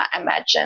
imagine